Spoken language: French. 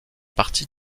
partie